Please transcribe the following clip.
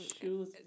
Shoes